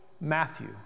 Matthew